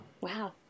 Wow